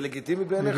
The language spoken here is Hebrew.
זה לגיטימי בעיניך?